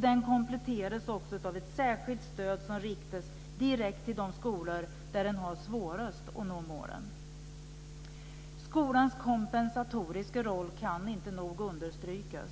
Den kompletteras också av ett särskilt stöd som riktas direkt till de skolor där man har svårast att nå målen. Skolans kompensatoriska roll kan inte nog understrykas.